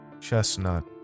Chestnut